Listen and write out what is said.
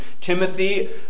Timothy